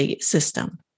system